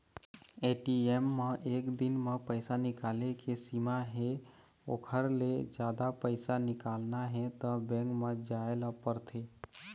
ATM म एक दिन म पइसा निकाले के सीमा हे ओखर ले जादा पइसा निकालना हे त बेंक म जाए ल परथे